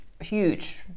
huge